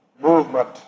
movement